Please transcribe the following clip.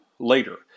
Later